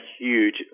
huge